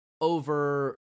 over